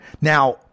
Now